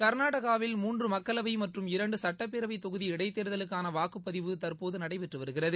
க்நாடகாவில் மூன்று மக்களவை மற்றும் இரண்டு சுட்டப்பேரவைத் தொகுதி இடைத்தேர்தலுக்கான வாக்குப்பதிவு தற்போது நடைபெற்று வருகிறது